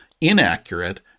inaccurate